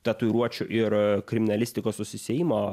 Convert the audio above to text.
tatuiruočių ir kriminalistikos susisiejimo